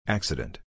Accident